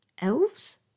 Elves